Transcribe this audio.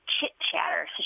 chit-chatter